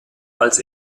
als